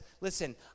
listen